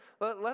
Let